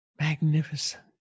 magnificent